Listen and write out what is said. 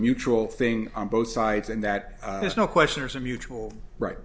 mutual thing on both sides and that there's no question there's a mutual right